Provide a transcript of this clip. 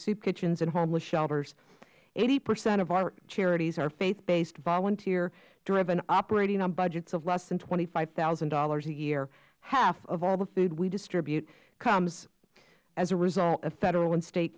soup kitchens and homeless shelters eighty percent of our charities are faith based volunteer driven operating on budgets of less than twenty five thousand dollars a year half of all the food we distribute comes as a result of federal and state